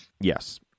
Yes